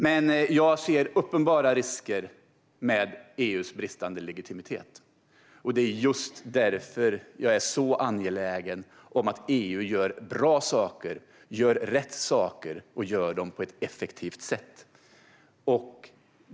Men jag ser uppenbara risker med EU:s bristande legitimitet, och det är just därför som jag är så angelägen om att EU gör bra saker, gör rätt saker och gör dem på ett effektivt sätt.